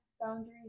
boundaries